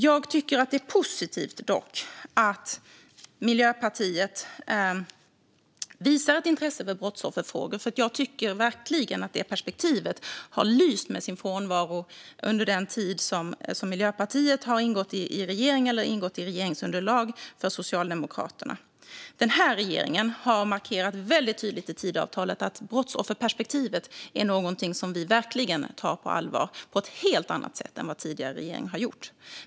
Det är dock positivt att Miljöpartiet visar ett intresse för brottsofferfrågor. Jag tycker verkligen att det perspektivet har lyst med sin frånvaro under den tid som Miljöpartiet har ingått i regeringen eller regeringsunderlaget för Socialdemokraterna. Den här regeringen har markerat väldigt tydligt i Tidöavtalet att brottsofferperspektivet är något som vi tar på allvar, på ett helt annat sätt än tidigare regering har gjort.